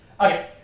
Okay